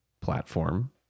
platform